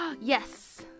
Yes